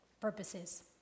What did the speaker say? purposes